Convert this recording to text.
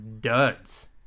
duds